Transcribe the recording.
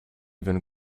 even